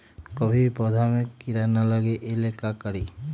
कभी भी पौधा में कीरा न लगे ये ला का करी?